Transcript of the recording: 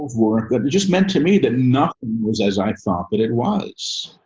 work. that just meant to me that not was as i thought, but it was,